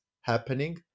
happening